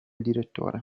direttore